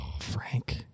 Frank